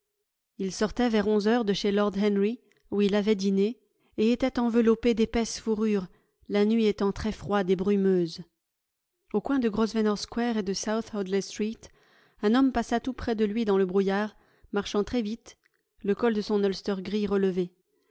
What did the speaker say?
il sortait vers onze heures de chez lord henry où il avait dîné et était enveloppé d'épaisses fourrures la nuit étant très froide et brumeuse au coin de grosvenor square et de south audley street un homme passa tout près de lui dans le brouillard marchant très vite le col de son ulster gris relevé